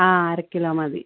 ആ അര കിലോ മതി